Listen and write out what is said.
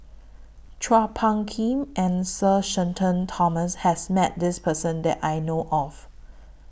Chua Phung Kim and Sir Shenton Thomas has Met This Person that I know of